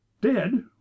Dead